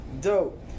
Dope